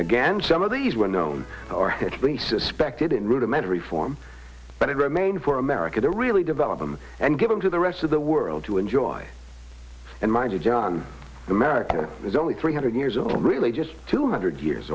again some of these were known or at least suspected in rudimentary form but it remained for america to really develop them and give them to the rest of the world to enjoy and mind you john america is only three hundred years old really just two hundred years